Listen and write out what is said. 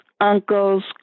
uncles